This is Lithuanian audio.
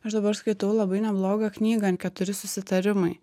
aš dabar skaitau labai neblogą knygą keturi susitarimai